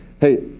hey